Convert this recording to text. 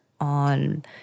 on